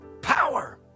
Power